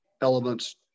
elements